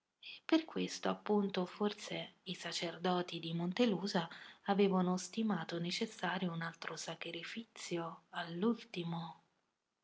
per questo appunto forse i sacerdoti di montelusa avevano stimato necessario un altro sacrifizio